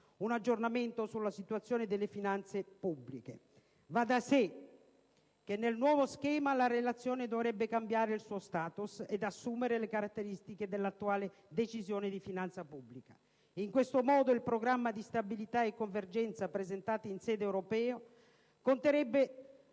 aggiornamento sulla situazione delle finanze pubbliche. Va da sé che nel nuovo schema la Relazione dovrebbe cambiare il suo *status* ed assumere le caratteristiche dell'attuale Decisione di finanza pubblica; in questo modo il Programma di stabilità e convergenza presentato in sede europea conterrebbe